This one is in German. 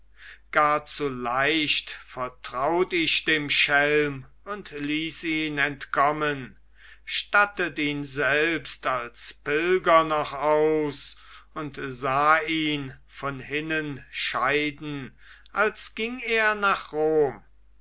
gar zu leicht vertraut ich dem schelm und ließ ihn entkommen stattet ihn selbst als pilger noch aus und sah ihn von hinnen scheiden als ging er nach rom